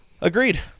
Agreed